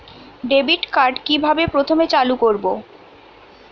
Debit card কিভাবে প্রথমে চালু করব?